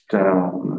down